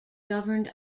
governed